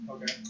Okay